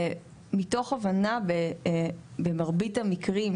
מתוך הבנה במרבית המקרים,